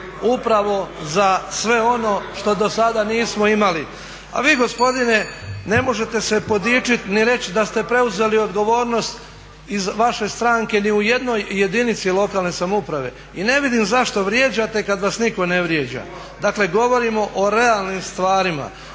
…/Upadica sa strane, ne razumije se./… A vi gospodine ne možete se podičiti ni reći da ste preuzeli odgovornost iz vaše stranke ni u jednoj jedinici lokalne samouprave i ne vidim zašto vrijeđate kad vas nitko ne vrijeđa. Dakle, govorimo o realnim stvarima,